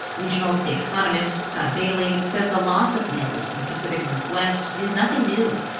regional state economist scott bailey says the loss of mills in the pacific northwest is nothing new.